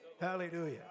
Hallelujah